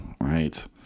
right